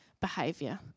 behavior